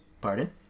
Pardon